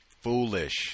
foolish